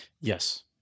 Yes